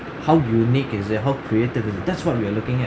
how unique is it how creative is it that's what we are looking at